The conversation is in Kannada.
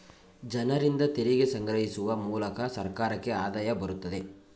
ಜನರಿಂದ ತೆರಿಗೆ ಸಂಗ್ರಹಿಸುವ ಮೂಲಕ ಸರ್ಕಾರಕ್ಕೆ ಆದಾಯ ಬರುತ್ತದೆ